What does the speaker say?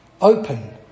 open